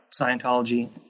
Scientology